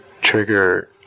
trigger